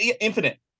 infinite